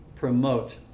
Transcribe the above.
Promote